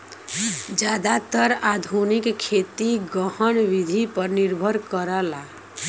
जादातर आधुनिक खेती गहन विधि पर निर्भर करला